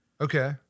Okay